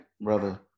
brother